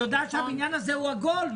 היא יודעת שהבניין הזה הוא עגול,